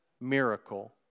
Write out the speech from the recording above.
miracle